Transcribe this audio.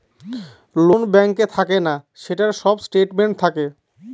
loan ব্যাঙ্কে থাকে না, সেটার সব স্টেটমেন্ট থাকে